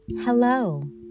Hello